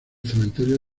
cementerio